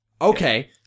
Okay